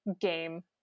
game